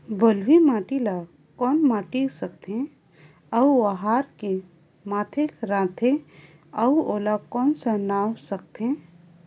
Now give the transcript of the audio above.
बलुही माटी ला कौन माटी सकथे अउ ओहार के माधेक राथे अउ ओला कौन का नाव सकथे?